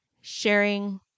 sharing